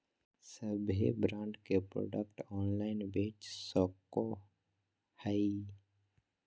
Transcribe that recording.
सभे ब्रांड के product online बेच सको हइ